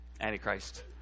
antichrist